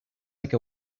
like